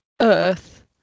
Earth